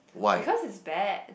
because it's bad